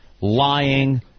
lying